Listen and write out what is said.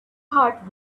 part